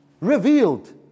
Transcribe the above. Revealed